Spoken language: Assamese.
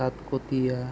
তাঁতকটীয়া